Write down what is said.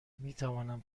میتوانم